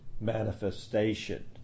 manifestation